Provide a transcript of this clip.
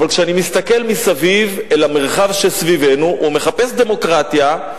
אבל כשאני מסתכל מסביב אל המרחב שסביבנו ומחפש דמוקרטיה,